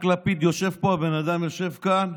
רק לפיד יושב פה, הבן אדם יושב כאן,